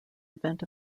event